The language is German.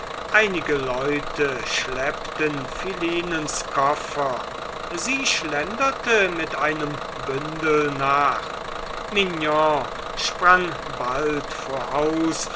einige leute schleppten philinens koffer sie schlenderte mit einem bündel nach mignon sprang bald voraus